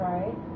Right